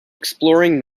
exploring